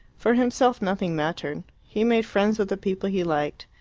for himself nothing mattered he made friends with the people he liked,